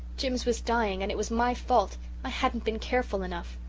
jims was dying, and it was my fault i hadn't been careful enough!